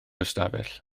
ystafell